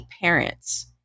parents